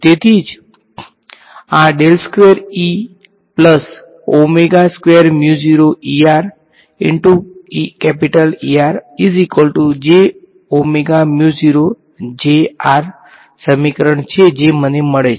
તેથી જ આ સમીકરણ છે જે મને મળે છે